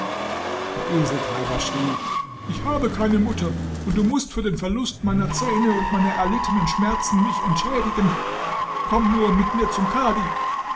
der eseltreiber schrie ich habe keine mutter und du mußt für den verlust meiner zähne und meiner erlittenen schmerzen mich entschädigen komm nur mit mir zum kadhi